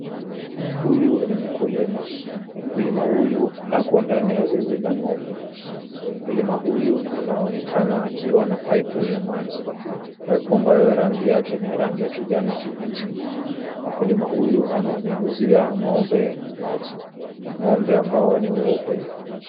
Huyu ni mkulima. Mkulima huyu ako ndani ya zizi la ng'ombe. Mkulima huyu anaonekana akiwa na paipu ya maji, paipu ambayo rangi yake ni ya rangi ya kijani kibichi. Mkulima huyu anawanyunyuzia ng'ombe maji, ng'ombe ambao ni weupe.